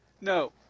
no